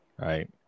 right